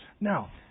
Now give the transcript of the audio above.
Now